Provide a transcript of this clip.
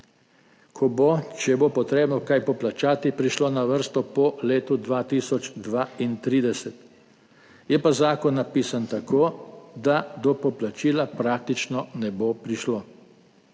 ko bo, če bo treba kaj poplačati, prišlo na vrsto po letu 2032. Je pa zakon napisan tako, da do poplačila praktično ne bo prišlo.